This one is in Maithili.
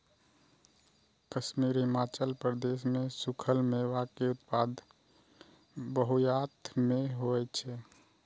कश्मीर, हिमाचल प्रदेश मे सूखल मेवा के उत्पादन बहुतायत मे होइ छै